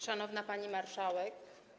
Szanowna Pani Marszałek!